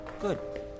Good